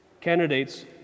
Candidates